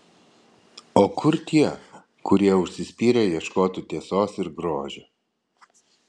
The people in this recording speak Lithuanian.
o kur tie kurie užsispyrę ieškotų tiesos ir grožio